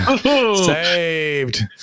Saved